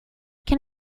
can